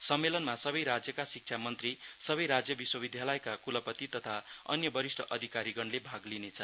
सम्मेलनमा सबै राज्यका शिक्षा मन्त्री सबै राज्य विश्वविधालयका कुलपति तथा अन्य वरिष्ठ अधिकारीगणले भाग लिने छन्